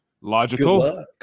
logical